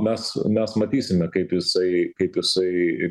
mes mes matysime kaip jisai kaip jisai